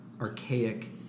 archaic